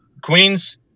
queens